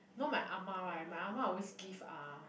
know my ah-ma [right] my ah-ma always give uh